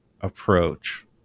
approach